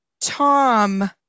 Tom